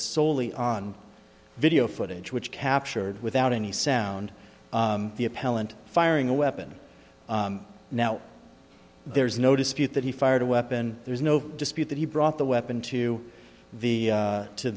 soley on video footage which captured without any sound the appellant firing a weapon now there's no dispute that he fired a weapon there's no dispute that he brought the weapon to the